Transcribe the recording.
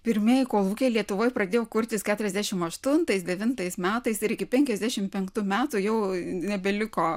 pirmieji kolūkiai lietuvoj pradėjo kurtis keturiasdešimt aštuntais devintais metais ir iki penkiasdešimt penktų metų jau nebeliko